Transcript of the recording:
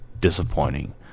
disappointing